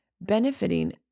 benefiting